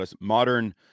modern